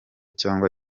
cyangwa